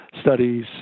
studies